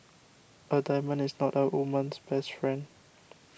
a diamond is not a woman's best friend